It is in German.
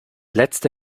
letzte